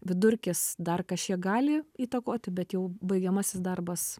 vidurkis dar kažkiek gali įtakoti bet jau baigiamasis darbas